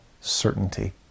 certainty